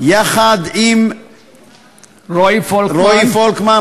יחד עם רועי פולקמן,